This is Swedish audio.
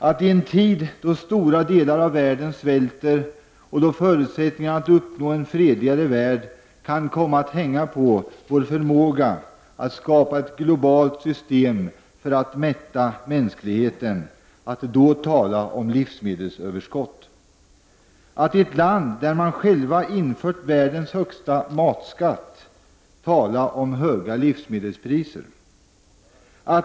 I en tid då stora delar av världen svälter och då förutsättningarna att uppnå en fredligare värld kan komma att hänga på vår förmåga att skapa ett globalt system för att mätta mänskligheten, talas det om livsmedelsöverskott. I ett land där man infört världens högsta matskatt talas det om höga livsmedelspriser.